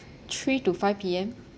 three to five P_M